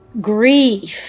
grief